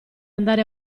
andare